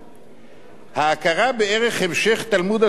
ההכרה בערך המשך תלמוד התורה בעם ישראל